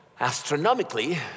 Astronomically